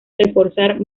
reforzar